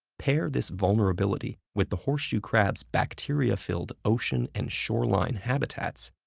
pair this vulnerability with the horseshoe crab's bacteria-filled ocean and shoreline habitats,